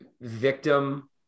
victim